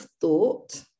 thought